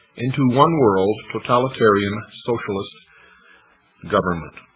into one-world totalitarian socialist government.